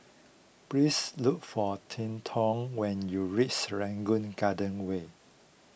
please look for when you reach Serangoon Garden Way